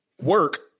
work